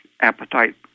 appetite